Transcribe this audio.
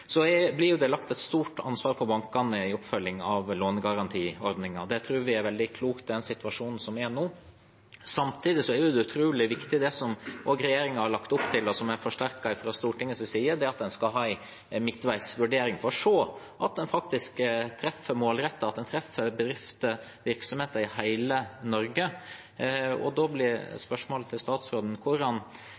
Så blir det lagt et stort ansvar på bankene i oppfølgingen av lånegarantiordningen. Det tror vi er veldig klokt i den situasjonen som vi er i nå. Samtidig er det utrolig viktig det som også regjeringen har lagt opp til, og som er forsterket fra Stortingets side, at man skal ha en midtveisvurdering for å se at man faktisk treffer målrettet, at man treffer bedrifter og virksomheter i hele Norge. Da blir spørsmålet til statsråden: Hvordan